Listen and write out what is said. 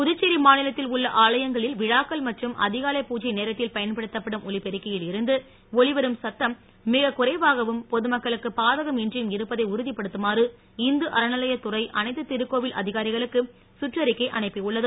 பு து ச்சே ரி மா நி ல த் தி ல் உள்ள ஆலயங்களி ல் வி ழா க்கள் மற்று ம் அதிகாலை பூஜை நேரத் தில் பயன்படுத்தப்படும் ஓலி பெருக்கி யி ல் இருந்து வெளிவரும் ச த்த ம் மி க குறைவாகவும் பொதுமக்களுக்கு பாதக ம் இன்றியும் இருப்பதை உறுதிப்படுத்துமாறு இந்து அற நிலைய துறை அனைத்து திருக்கோ வில் அதிகா ரி களுக்கு சுற்ற றிக்கை அனுப் பியுள்ளது